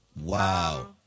Wow